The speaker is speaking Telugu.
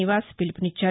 నివాస్ పిలుపునిచ్చారు